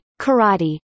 karate